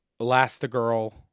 Elastigirl